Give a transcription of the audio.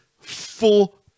full